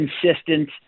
consistent